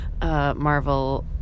Marvel